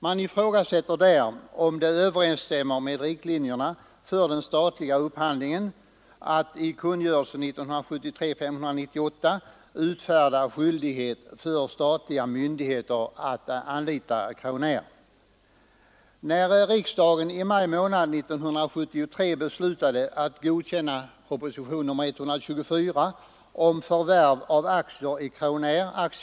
Man ifrågasätter där om det överensstämmer med riktlinjerna för den statliga upphandlingen att i kungörelsen utfärda skyldighet för statliga myndigheter att anlita Crownair. Riksdagen beslöt i maj månad 1973 att godkänna propositionen 124 om förvärv av aktier i Crownair AB.